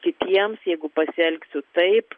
kitiems jeigu pasielgsiu taip